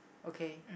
okay